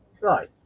Right